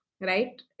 right